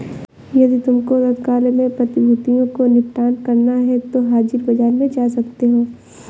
यदि तुमको तत्काल में प्रतिभूतियों को निपटान करना है तो हाजिर बाजार में जा सकते हो